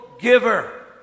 giver